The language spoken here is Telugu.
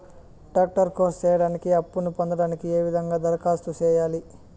డాక్టర్ కోర్స్ సేయడానికి అప్పును పొందడానికి ఏ విధంగా దరఖాస్తు సేయాలి?